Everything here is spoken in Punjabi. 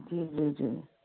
ਜੀ ਜੀ ਜੀ